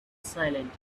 silent